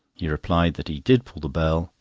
he replied that he did pull the bell,